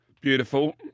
Beautiful